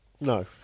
no